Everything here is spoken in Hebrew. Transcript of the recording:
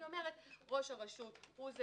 אני אומרת: ראש הרשות הוא זה